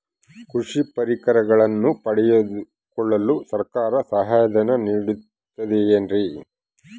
ಕೃಷಿ ಪರಿಕರಗಳನ್ನು ಪಡೆದುಕೊಳ್ಳಲು ಸರ್ಕಾರ ಸಹಾಯಧನ ನೇಡುತ್ತದೆ ಏನ್ರಿ?